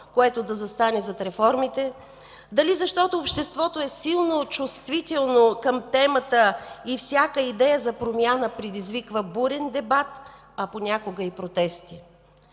което да застане зад реформите, дали защото обществото е силно чувствително към темата и всяка идея за промяна предизвиква бурен дебат, а понякога и протести.